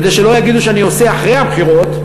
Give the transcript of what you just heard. כדי שלא יגידו שאני עושה אחרי הבחירות,